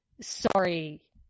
sorry